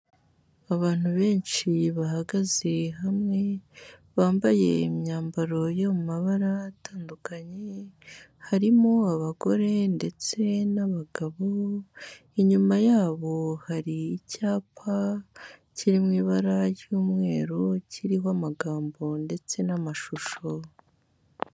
Abantu benshi bahagaze hamwe bambaye imyambaro yo mu mabara atandukanye, harimo abagore ndetse n'abagabo, inyuma yabo hari icyapa kiri mu ibara ry'umweru kiriho amagambo ndetse n'amashusho.